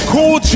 Cool